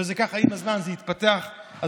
וזה ככה התפתח עם הזמן,